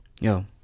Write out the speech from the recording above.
Yo